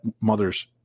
mother's